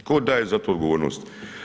Tko daje za to odgovornost.